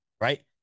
Right